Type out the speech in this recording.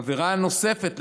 העבירה הנוספת,